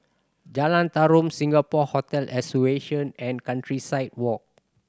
Jalan Tarum Singapore Hotel Association and Countryside Walk